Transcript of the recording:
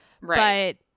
Right